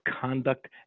conduct